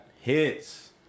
hits